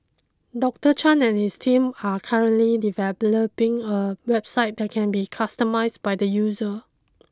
Doctor Chan and his team are currently developing a website that can be customised by the user